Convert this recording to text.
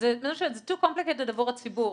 מסובך מדיי עבור הציבור.